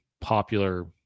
popular